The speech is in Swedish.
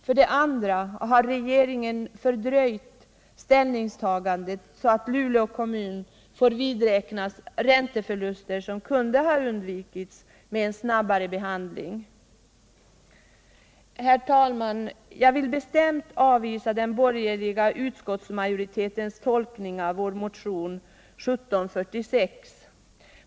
För det andra har regeringen fördröjt ställningstagandet, så att Luleå kommun får vidräknas ränteförluster som kunde ha undvikits med en snabbare behandling. Herr talman! Jag vill bestämt avvisa den borgerliga utskottsmajoritetens tolkning av vår motion 1746.